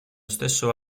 stesso